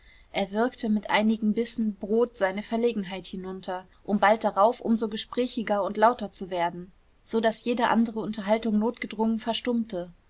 er würgte mit einigen bissen brot seine verlegenheit hinunter um bald darauf um so gesprächiger und lauter zu werden so daß jede andere unterhaltung notgedrungen verstummte